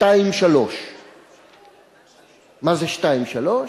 2 3. מה זה "2 3"?